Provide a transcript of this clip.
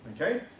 Okay